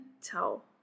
tell